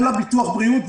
אין לה ביטוח בריאות,